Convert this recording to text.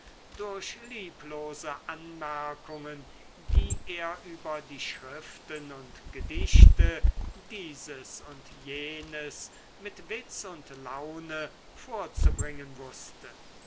durch lieblose anmerkungen die er über die schriften und gedichte dieses und jenes mit witz und laune vorzubringen wußte